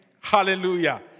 Hallelujah